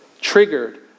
triggered